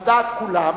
על דעת כולם.